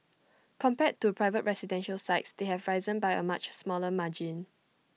compared to private residential sites they have risen by A much smaller margin